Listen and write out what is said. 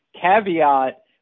Caveat